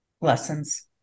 lessons